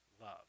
love